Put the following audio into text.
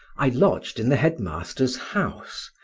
i lodged in the head-master's house,